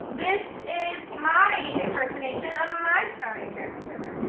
this is my impersonation of my skyrim character.